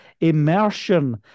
immersion